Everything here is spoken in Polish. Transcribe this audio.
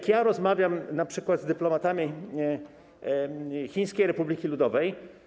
Gdy rozmawiam np. z dyplomatami Chińskiej Republiki Ludowej.